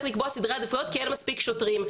לקבוע סדרי עדיפויות כי אין מספיק שוטרים.